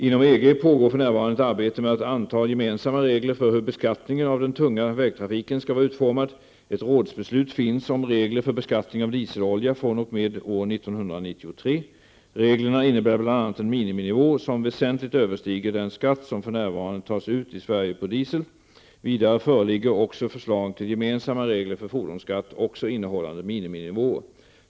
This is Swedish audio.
Inom EG pågår för närvarande ett arbete med att anta gemensamma regler för hur beskattningen av den tunga vägtrafiken skall vara utformad. Ett rådsbeslut finns om regler för beskattning av dieselolja fr.o.m. år 1993. Reglerna innebär bl.a. en miniminivå som väsentligt överstiger den skatt som för närvarande tas ut i Sverige på diesel. Vidare föreligger också förslag till gemensamma regler för fordonsskatt också innehållande miniminivåer.